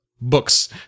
books